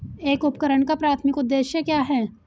एक उपकरण का प्राथमिक उद्देश्य क्या है?